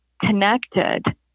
connected